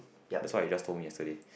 that's why you just told me yesterday